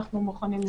אנחנו מוכנים לבדוק.